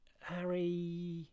Harry